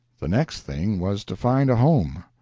the next thing was to find a home.